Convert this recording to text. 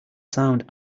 sound